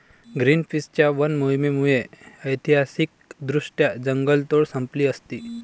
ग्रीनपीसच्या वन मोहिमेमुळे ऐतिहासिकदृष्ट्या जंगलतोड संपली असती